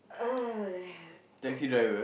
!aiya!